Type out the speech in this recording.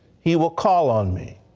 he will call on me,